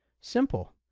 Simple